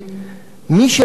מי שמאמין לו,